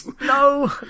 No